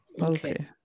Okay